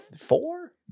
Four